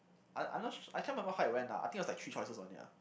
I I'm not I can't remember how it went ah I think it was three choices only ah